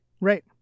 Right